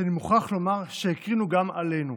שאני מוכרח לומר שהקרינו גם עלינו,